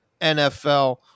NFL